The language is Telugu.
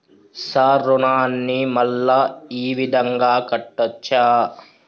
సార్ రుణాన్ని మళ్ళా ఈ విధంగా కట్టచ్చా?